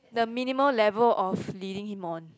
the minimal level of leading him on